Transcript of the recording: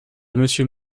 monsieur